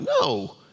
no